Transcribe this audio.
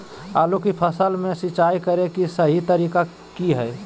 आलू की फसल में सिंचाई करें कि सही तरीका की हय?